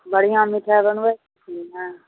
बढ़िआँ मिठाइ बनबय छियै ने